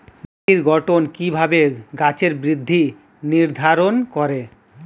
মাটির গঠন কিভাবে গাছের বৃদ্ধি নির্ধারণ করে?